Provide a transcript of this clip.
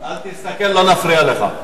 אל תסתכל, לא נפריע לך.